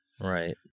Right